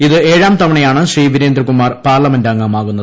ഇത് ഏഴാംതവണയാണ് ശ്രീ വിരേന്ദ്രകുമാർ പാർലമെന്റ് അംഗമാകുന്നത്